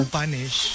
punish